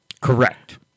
Correct